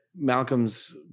Malcolm's